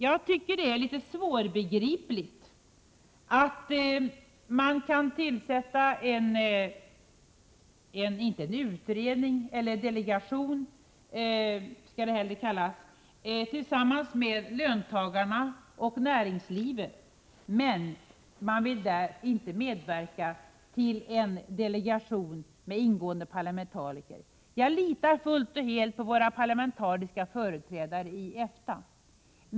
Jag tycker att det är litet svårbegripligt att man kan tillsätta en delegation med representanter för löntagarna och näringslivet utan att parlamentariker ingår. Jag litar fullt och helt på våra parlamentariska företrädare i EFTA.